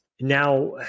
now